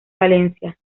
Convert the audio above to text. valencia